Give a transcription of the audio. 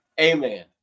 Amen